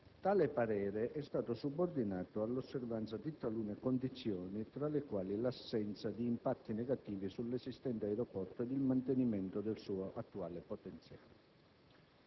Tale parere è stato subordinato all'osservanza di talune condizioni, tra le quali l'assenza di impatti negativi sull'esistente aeroporto ed il mantenimento del suo attuale potenziale.